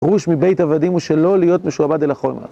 פירוש מבית עבדים הוא שלא להיות משועבד אל החול